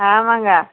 ஆமாம்ங்க